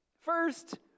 First